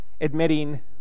admitting